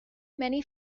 many